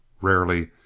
Rarely